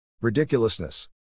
Ridiculousness